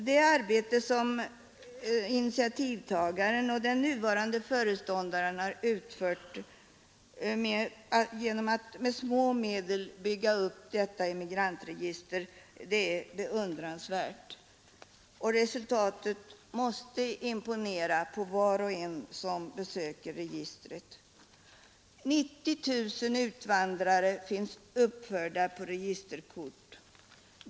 Det arbete som initiativtagaren och den nuvarande föreståndaren har utfört genom att med små medel bygga upp detta emigrantregister är beundransvärt. Resultatet måste imponera på var och en som besöker registret. 90 000 utvandrare finns uppförda på registerkort.